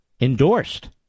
endorsed